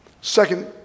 Second